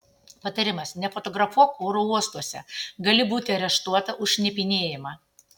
patarimas nefotografuok oro uostuose gali būti areštuota už šnipinėjimą